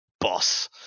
boss